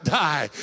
die